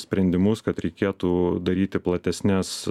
sprendimus kad reikėtų daryti platesnes